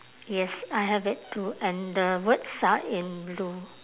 yes I have it too and the words are in blue